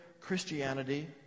Christianity